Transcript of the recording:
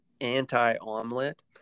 anti-omelet